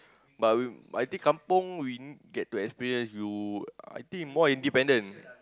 but we but I think kampung we get to experience you I think more independent